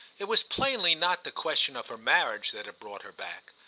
it was plainly not the question of her marriage that had brought her back.